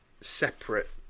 separate